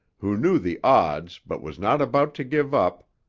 who knew the odds but was not about to give up,